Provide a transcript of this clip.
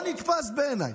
זה לא נתפס בעיניי.